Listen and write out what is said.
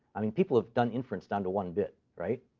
i mean, people have done inference down to one bit, right?